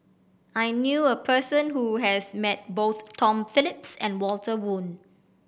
I knew a person who has met both Tom Phillips and Walter Woon